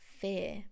fear